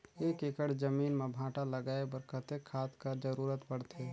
एक एकड़ जमीन म भांटा लगाय बर कतेक खाद कर जरूरत पड़थे?